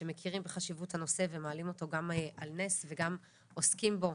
שמכירים את חשיבות הנושא ומעלים אותו גם על נס וגם עוסקים בו.